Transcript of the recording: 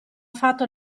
fatto